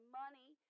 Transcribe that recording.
money